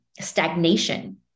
stagnation